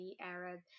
Arab